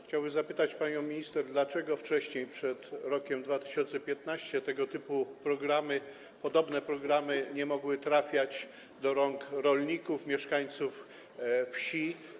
Chciałbym zapytać panią minister, dlaczego wcześniej, przed rokiem 2015, środki z tego typu programów, z podobnych programów nie mogły trafiać do rąk rolników, mieszkańców wsi.